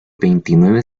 veintinueve